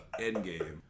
Endgame